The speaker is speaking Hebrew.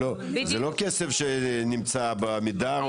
זה לא כסף שנמצא בעמידר,